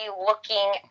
looking